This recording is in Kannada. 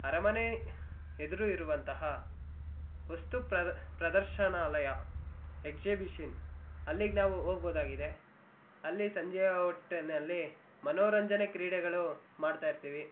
ಅರಮನೆ ಎದುರು ಇರುವಂತಹ ವಸ್ತು ಪ್ರದ ಪ್ರದರ್ಶನಾಲಯ ಎಕ್ಸಿಬಿಷನ್ ಅಲ್ಲಿಗೆ ನಾವು ಹೋಗ್ಬೋದಾಗಿದೆ ಅಲ್ಲಿ ಸಂಜೆ ಒಟ್ಟಿನಲ್ಲಿ ಮನೋರಂಜನೆ ಕ್ರೀಡೆಗಳು ಮಾಡ್ತಾಯಿರ್ತೀವಿ